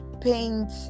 paint